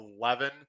eleven